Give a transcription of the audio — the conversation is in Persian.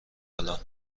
حالا